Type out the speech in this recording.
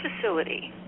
facility